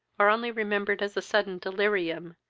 or only remembered as a sudden delirium,